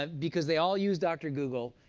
ah because they all use dr. google,